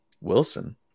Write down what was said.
Wilson